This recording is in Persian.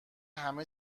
همه